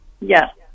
Yes